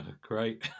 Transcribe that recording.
Great